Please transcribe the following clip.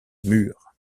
mur